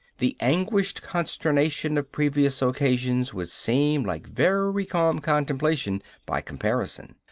the anguished consternation of previous occasions would seem like very calm contemplation by comparison.